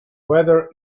weather